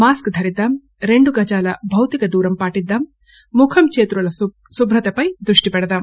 mask ధరిద్దాం రెండు గజాల భౌతిక దూరం పాటిద్దాం ముఖం చేతుల శుభ్రతపై దృష్టి పెడదాం